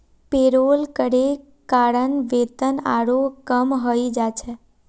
payroll करे कारण वेतन आरोह कम हइ जा छेक